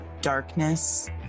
darkness